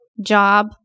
job